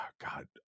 god